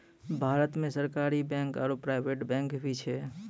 भारतो मे सरकारी बैंक आरो प्राइवेट बैंक भी छै